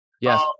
Yes